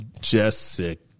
Jessica